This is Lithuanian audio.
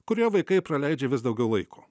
kurioje vaikai praleidžia vis daugiau laiko